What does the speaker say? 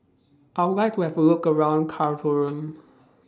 I Would like to Have A Look around Khartoum